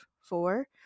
four